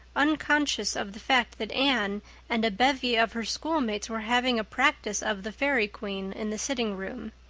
unconscious of the fact that anne and a bevy of her schoolmates were having a practice of the fairy queen in the sitting room.